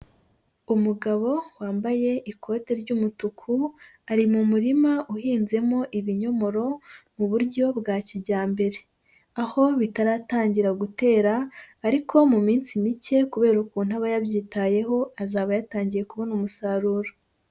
Umugabo wambaye ikote ry'umutuku, ari mu murima uhinzemo ibinyomoro mu buryo bwa kijyambere. Aho bitaratangira gutera ariko mu minsi mike kubera ukuntu aba yabyitayeho azaba yatangiye kubona umusaruro.